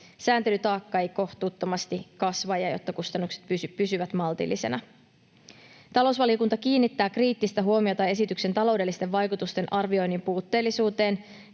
sääntelytaakka ei kohtuuttomasti kasva ja jotta kustannukset pysyvät maltillisina. Talousvaliokunta kiinnittää kriittistä huomiota esityksen taloudellisten vaikutusten arvioinnin puutteellisuuteen.